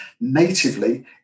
natively